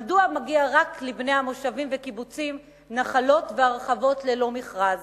מדוע מגיע רק לבני המושבים והקיבוצים נחלות והרחבות ללא מכרז?